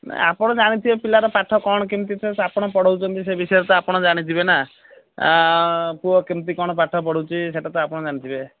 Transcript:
ନା ଆପଣ ଜାଣିଥିବେ ପିଲାର ପାଠ କ'ଣ କେମିତି ସେ ଆପଣ ପଢ଼ଉଛନ୍ତି ସେ ବିଷୟରେ ତ ଆପଣ ଯାଇଥିବେ ନା ପୁଅ କେମିତି କ'ଣ ପାଠ ପଢୁଛି ସେଇଟା ତ ଆପଣ ଜାଣିଥିବେ